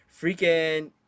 Freaking